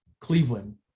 Cleveland